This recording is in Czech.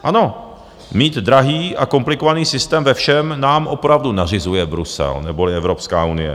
Ano, mít drahý a komplikovaný systém ve všem nám opravdu nařizuje Brusel, neboli Evropská unie.